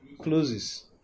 closes